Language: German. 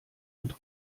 und